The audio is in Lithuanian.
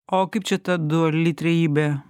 o kaip čia ta duali trejybė